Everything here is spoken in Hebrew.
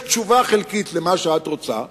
יש תשובה חלקית למה שאת רוצה,